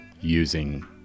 using